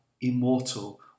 immortal